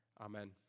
Amen